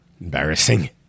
embarrassing